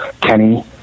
Kenny